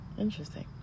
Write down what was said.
Interesting